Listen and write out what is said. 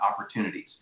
opportunities